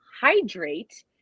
Hydrate